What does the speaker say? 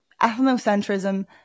ethnocentrism